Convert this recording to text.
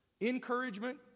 Encouragement